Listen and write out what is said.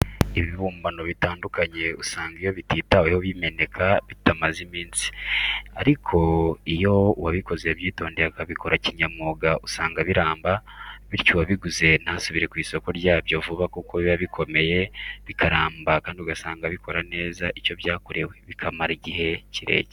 Ibibumbano bitandukanye usanga iyo bititaweho bimeneka bitamaze iminsi, ariko iyo uwabikoze yabyitondeye akabikora kinyamwuga usanga biramba, bityo uwabiguze ntasubire ku isoko ryabyo vuba kuko biba bikomeye, bikaramba kandi ugasanga bikora neza icyo byakorewe, bikamara igihe kirekire.